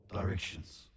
directions